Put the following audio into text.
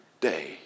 day